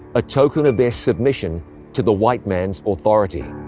a token of their submission to the white man's authority.